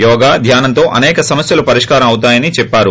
యోగా ధ్యానంతో అసేక సమస్యలు పరిష్కారం అవుతాయని చెప్పారు